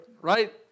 right